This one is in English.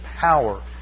power